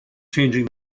changing